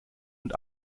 und